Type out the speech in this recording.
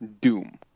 Doom